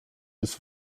des